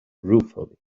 ruefully